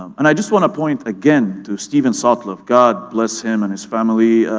um and i just wanna point again to steven sutcliffe, god bless him and his family.